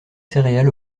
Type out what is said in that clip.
céréales